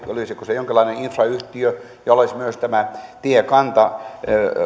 olisiko se jonkinlainen infrayhtiö jolla olisi myös tämä tiekanta